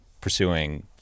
pursuing